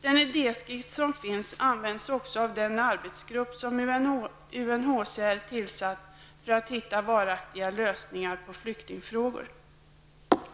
Den idéskiss som finns används också av den arbetsgrupp som UNHCR tillsatt för att hitta varaktiga lösningar på flyktingfrågorna. Herr talman!